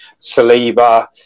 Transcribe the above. Saliba